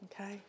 okay